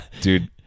Dude